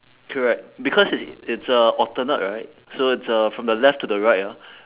correct because it's it's uh alternate right so it's uh from the left to the right ah